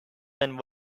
than